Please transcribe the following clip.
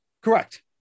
Correct